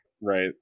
right